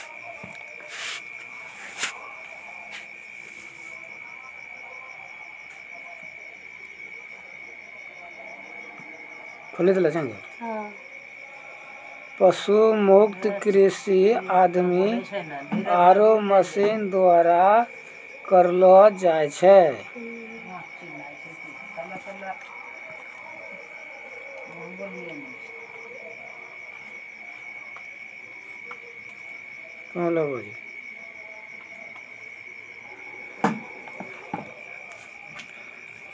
पशु मुक्त कृषि आदमी आरो मशीन द्वारा करलो जाय छै